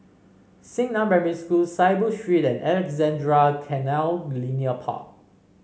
Xingnan Primary School Saiboo Street and Alexandra Canal Linear Park